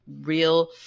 real